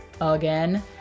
again